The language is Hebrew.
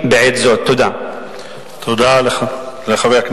בעד, 24,